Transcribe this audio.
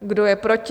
Kdo je proti?